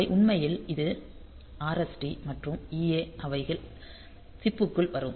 அவை உண்மையில் இது RST மற்றும் EA அவைகள் சிப் புக்குள் வரும்